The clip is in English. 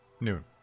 noon